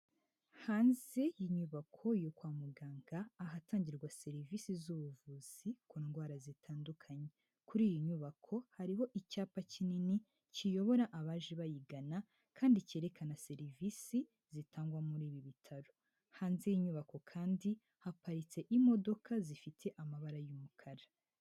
Hanze y'inyubako yo kwa muganga, ahatangirwa serivisi z'ubuvuzi ku ndwara zitandukanye, kuri iyi nyubako hariho icyapa kinini kiyobora abaje bayigana kandi kerekana serivisi zitangwa muri ibi bitaro, hanze y'inyubako kandi haparitse imodoka zifite amabara y'umukara.